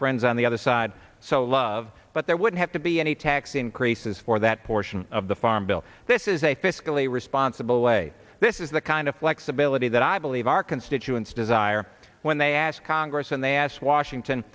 friends on the other side so love but there would have to be any tax increases for that portion of the farm bill this is a fiscally responsible way this is the kind of flexibility that i believe our constituents desire when they ask congress and they ask washington